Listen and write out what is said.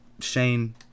Shane